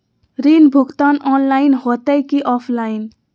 ऋण भुगतान ऑनलाइन होते की ऑफलाइन?